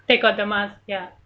take off the mask ya